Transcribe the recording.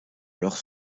alors